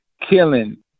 killing